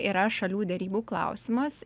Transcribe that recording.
yra šalių derybų klausimas